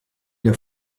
der